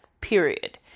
period